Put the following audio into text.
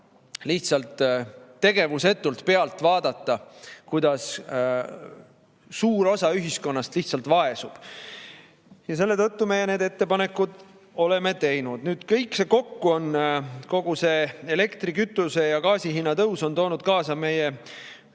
lihtsalt tegevusetult pealt vaadata, kuidas suur osa ühiskonnast lihtsalt vaesub. Ja selle tõttu me need ettepanekud oleme teinud. Nüüd kõik see kokku, kogu see elektri, kütuse ja gaasi hinna tõus on toonud kaasa meie